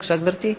בבקשה, גברתי.